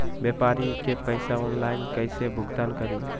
व्यापारी के पैसा ऑनलाइन कईसे भुगतान करी?